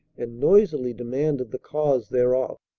and noisily demanded the cause thereof.